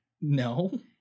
No